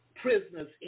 prisoners